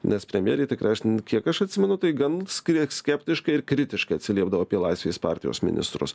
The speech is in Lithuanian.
nes premjerė tikrai aš n kiek aš atsimenu atsimenu tai gan skrė skeptiškai ir kritiškai atsiliepdavo apie laisvės partijos ministrus